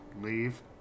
Leave